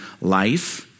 life